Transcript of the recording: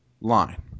line